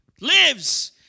lives